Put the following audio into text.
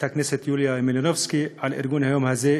הכנסת יוליה מלינובסקי על ארגון היום הזה,